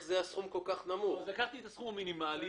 לקחתי את הסכום המינימאלי.